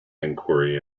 inquiry